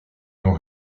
non